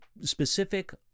specific